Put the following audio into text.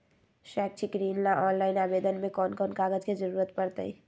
शैक्षिक ऋण ला ऑनलाइन आवेदन में कौन कौन कागज के ज़रूरत पड़तई?